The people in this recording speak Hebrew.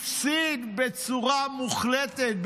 הוא הפסיד בצורה מוחלטת.